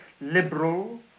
liberal